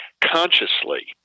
consciously